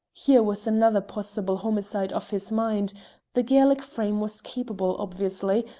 here was another possible homicide off his mind the gaelic frame was capable, obviously,